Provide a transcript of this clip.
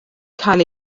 cael